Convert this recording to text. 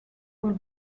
will